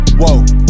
whoa